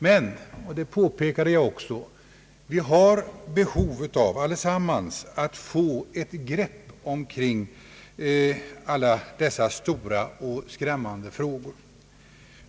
Men vi har allesammans, det påpekade jag också, behov av att få ett grepp om alla dessa stora och skrämmande frågor.